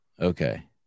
Okay